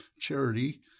charity